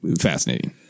fascinating